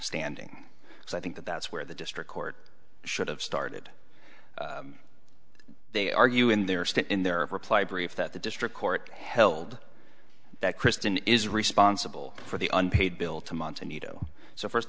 standing so i think that that's where the district court should have started they argue in their state in their reply brief that the district court held that kristen is responsible for the unpaid bill to monta nieto so first